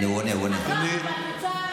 הינה, הוא עונה, הוא עונה.